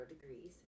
degrees